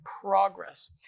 progress